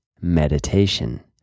meditation